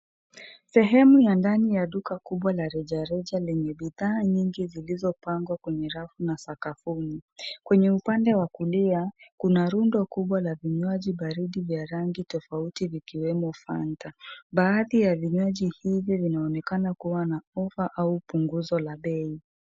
Sehemu ya ndani ya duka kubwa la rejareja lenye bidhaa nyingi zilizopaangwa kwenye rafu na sakafuni. Kwenye upande wa kulia kuna rundo kubwa la vinywaji baridi ya rangi tofauti vikiwemo fanta, baadhi ya vinywaji hivi vinaonekana kuwa na offer au punguzo la bei.